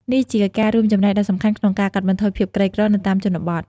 នេះជាការរួមចំណែកដ៏សំខាន់ក្នុងការកាត់បន្ថយភាពក្រីក្រនៅតាមជនបទ។